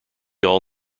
all